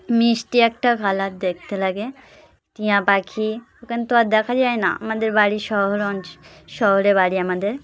মিষ্টি একটা কালার দেখতে লাগে টিয়া পাখি এখানে তো আর দেখা যায় না আমাদের বাড়ি শহর অঞ্চ শহরে বাড়ি আমাদের